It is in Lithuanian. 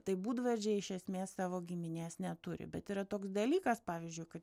tai būdvardžiai iš esmės savo giminės neturi bet yra toks dalykas pavyzdžiui kad